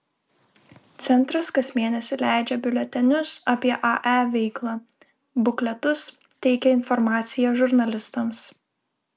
centras kas mėnesį leidžia biuletenius apie ae veiklą bukletus teikia informaciją žurnalistams